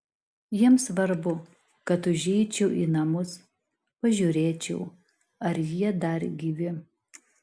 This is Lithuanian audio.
jiems svarbu kad užeičiau į namus pažiūrėčiau ar jie dar gyvi